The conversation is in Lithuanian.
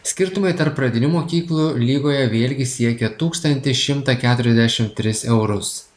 skirtumai tarp pradinių mokyklų lygoje vėlgi siekia tūkstantį šimtą keturiasdešim tris eurus